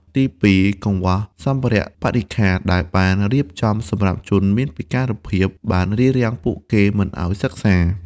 ទីពីរ កង្វះសម្ភារៈបរិក្ខារដែលបានរៀបចំសម្រាប់ជនមានពិការភាពបានរារាំងពួកគេមិនឱ្យសិក្សា។